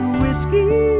whiskey